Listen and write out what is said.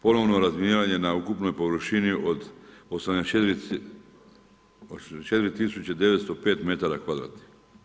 Ponovno razminiranje na ukupnoj površini od 84 905 metara kvadratnih.